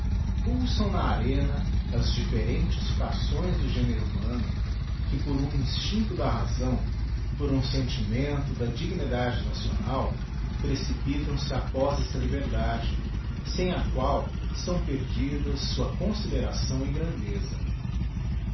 pulsam na arena as diflferentes fracções do género humano que por um instincto da razão por um sentimento da dignidade nacional precipitam se após esta liberdade sem a qual são perdidas sua consideração e grandeza